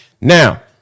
now